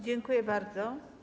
Dziękuję bardzo.